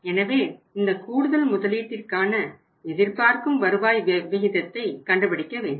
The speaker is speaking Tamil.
எனவே இந்த கூடுதல் முதலீட்டிற்கான எதிர்பார்க்கும் வருவாய் விகிதத்தை கண்டுபிடிக்க வேண்டும்